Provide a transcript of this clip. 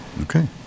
Okay